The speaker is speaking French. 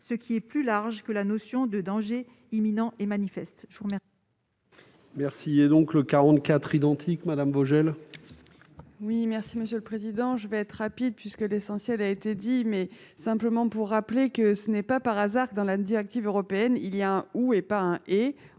ce qui est plus large que la notion de danger imminent et manifeste.